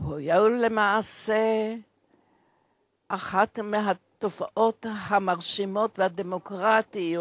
היו למעשה אחת התופעות המרשימות והדמוקרטיות